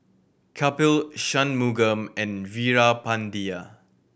Kapil Shunmugam and Veerapandiya